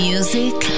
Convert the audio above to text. Music